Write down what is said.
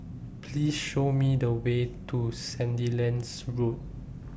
Please Show Me The Way to Sandilands Road